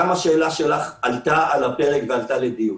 גם השאלה שלך עלתה על הפרק, עלתה לדיון.